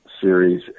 series